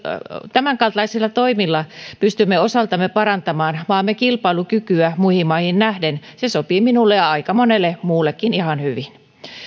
tämänkaltaisilla toimilla pystymme osaltamme parantamaan maamme kilpailukykyä muihin maihin nähden se sopii minulle ja aika monelle muullekin ihan hyvin